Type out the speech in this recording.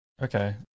Okay